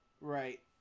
Right